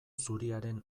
zuriaren